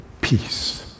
peace